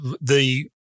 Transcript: the-